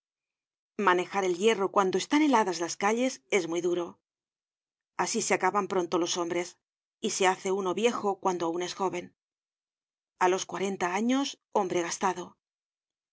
manejar el hierro cuando están heladas las calles es muy duro asi se acaban pronto los hombres y se hace uno viejo cuando aun es jóven a los cuarenta años hombre gastado ya